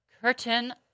Curtain